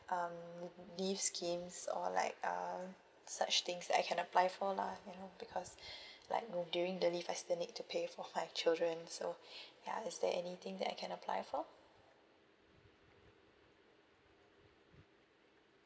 um leave schemes or like uh such things that I can apply for lah you know because like when during the leave I still need to pay for five children so ya is there anything that I can apply for